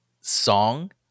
song